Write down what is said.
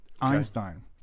Einstein